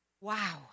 Wow